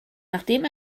nachdem